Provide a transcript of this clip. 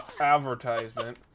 advertisement